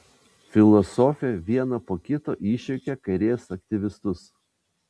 filosofė vieną po kito išjuokė kairės aktyvistus